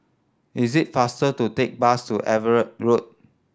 is it faster to take bus to Everitt Road